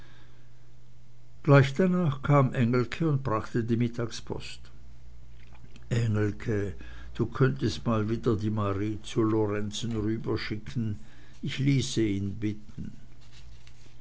gleich danach kam engelke und brachte die mittagspost engelke du könntest mal wieder die marie zu lorenzen rüberschicken ich ließ ihn bitten